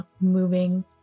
moving